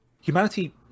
Humanity